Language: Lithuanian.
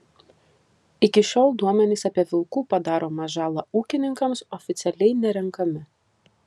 iki šiol duomenys apie vilkų padaromą žalą ūkininkams oficialiai nerenkami